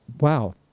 wow